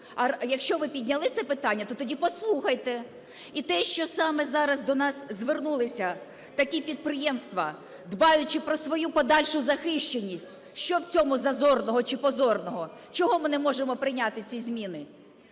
А якщо ви підняли це питання, то тоді послухайте. І те, що саме зараз до нас звернулися такі підприємства, дбаючи про свою подальшу захищеність, що в цьому зазорного чи позорного? Чого ми не можемо прийняти ці зміни?